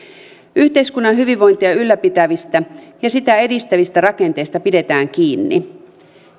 yhteiskunnan hyvinvointia ylläpitävistä ja sitä edistävistä rakenteista pidetään kiinni